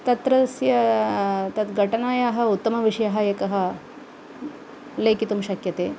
तत्र तद्घटनायाः उत्तमविषयः एकः लेखितुं शक्यते